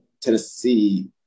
Tennessee